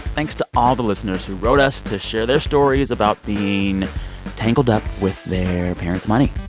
thanks to all the listeners who wrote us to share their stories about being tangled up with their parents' money.